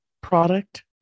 product